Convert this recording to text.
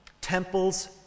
temples